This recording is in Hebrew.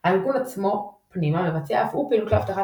הארגון עצמו פנימה מבצע אף-הוא פעילויות לאבטחת